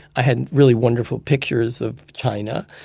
i had really wonderful pictures of china.